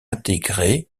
intégrée